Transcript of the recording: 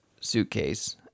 suitcase